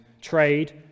trade